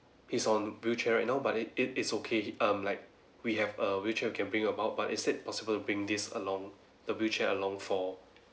he's on wheelchair right now but it it it's okay um like we have a wheelchair we can bring about but is it possible to bring this along the wheelchair along for